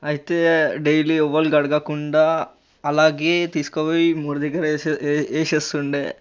అయితే డైలీ ఎవ్వరు కడగకుండా అలాగే తీసుకుపోయి మూడి దగ్గర వేసేస్ యే యేసేస్తుండే